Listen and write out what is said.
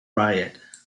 riot